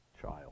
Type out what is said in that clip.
child